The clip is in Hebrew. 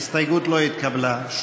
ההסתייגות לא התקבלה.